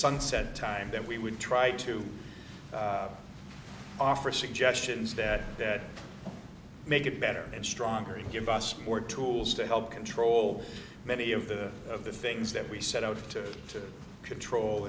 sunset time that we would try to offer suggestions that that make it better and stronger and give us more tools to help control many of the of the things that we set out to